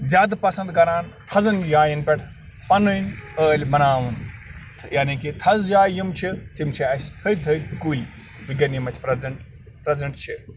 زیادٕ پسنٛد کران تھَزَن جاین پٮ۪ٹھ پَنٕنۍ ٲلۍ بناوُن یعنی کہِ تھَزٕ جایہِ یم چھِ تِم چھِ اسہِ تھٔدۍ تھٔدۍ کُلۍ وُنٛکیٚن یم اسہِ پرٛیٚزنٛٹ پرٛیٚزنٛٹ چھِ